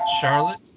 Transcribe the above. Charlotte